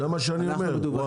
זה מה שאני אומר,